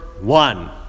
one